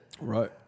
Right